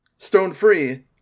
Stone-free